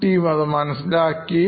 team അത് മനസ്സിലാക്കി